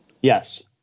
Yes